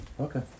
Okay